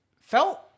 felt